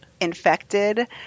infected